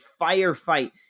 firefight